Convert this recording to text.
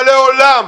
אבל לעולם,